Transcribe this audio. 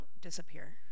disappear